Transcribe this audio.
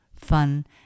fun